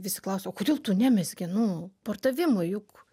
visi klausia o kodėl tu nemezgi nu pardavimui juk